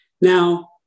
Now